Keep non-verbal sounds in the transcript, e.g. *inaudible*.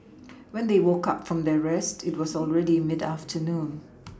when they woke up from their rest it was already mid afternoon *noise*